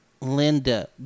Linda